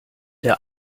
der